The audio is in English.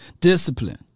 Discipline